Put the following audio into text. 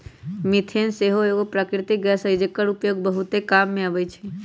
methane सेहो एगो प्राकृतिक गैस हई जेकर उपयोग बहुते काम मे अबइ छइ